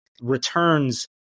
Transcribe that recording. returns